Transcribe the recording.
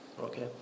okay